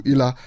Ila